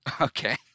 Okay